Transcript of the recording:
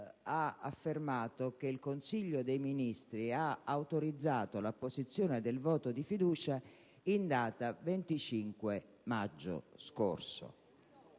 ha affermato che il Consiglio dei ministri ha autorizzato l'apposizione del voto di fiducia in data 25 maggio.